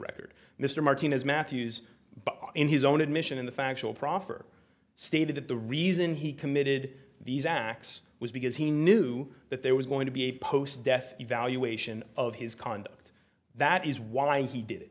record mr martinez matthews but in his own admission in the factual proffer stated that the reason he committed these acts was because he knew that there was going to be a post death evaluation of his conduct that is why he did it